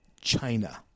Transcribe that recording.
China